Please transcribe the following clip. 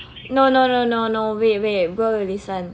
no no no no no wait wait bro you listen